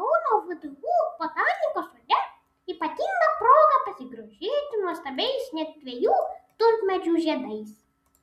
kauno vdu botanikos sode ypatinga proga pasigrožėti nuostabiais net dviejų tulpmedžių žiedais